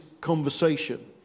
conversation